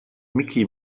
micky